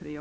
cl.